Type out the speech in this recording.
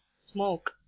smoke